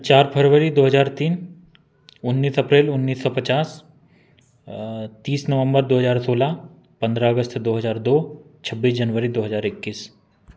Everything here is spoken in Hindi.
चार फरवरी दो हजार तीन उन्नीस अप्रैल उन्नीस सौ पचास तीस नवंबर दो हजार सोलह पंद्रह अगस्त दो हजार दो छब्बीस जनवरी दो हजार इक्कीस